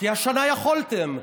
כי השנה יכולתם,